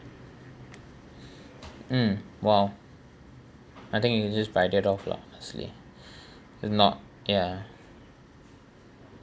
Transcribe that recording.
mm !wow! I think you just bite it off lah obviously not ya